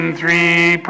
three